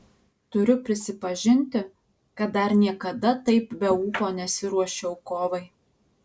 turiu prisipažinti kad dar niekada taip be ūpo nesiruošiau kovai